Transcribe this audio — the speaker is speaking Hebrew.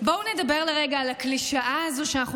בואו נדבר לרגע על הקלישאה הזו שאנחנו